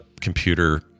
computer